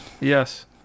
Yes